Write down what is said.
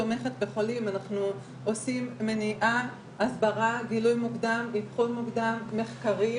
תי שאני יודעת שהמון נשים מחכות הרבה זמן לבדיקות של בתי חולים,